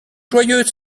joyeux